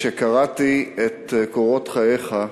שכשקראתי את קורות חייך,